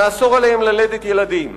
נאסור עליהם ללדת ילדים.